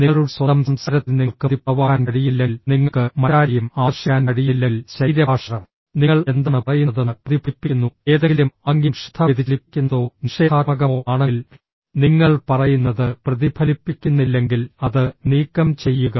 നിങ്ങളുടെ സ്വന്തം സംസാരത്തിൽ നിങ്ങൾക്ക് മതിപ്പുളവാക്കാൻ കഴിയുന്നില്ലെങ്കിൽ നിങ്ങൾക്ക് മറ്റാരെയും ആകർഷിക്കാൻ കഴിയുന്നില്ലെങ്കിൽ ശരീരഭാഷ നിങ്ങൾ എന്താണ് പറയുന്നതെന്ന് പ്രതിഫലിപ്പിക്കുന്നു ഏതെങ്കിലും ആംഗ്യം ശ്രദ്ധ വ്യതിചലിപ്പിക്കുന്നതോ നിഷേധാത്മകമോ ആണെങ്കിൽ നിങ്ങൾ പറയുന്നത് പ്രതിഫലിപ്പിക്കുന്നില്ലെങ്കിൽ അത് നീക്കം ചെയ്യുക